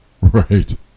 Right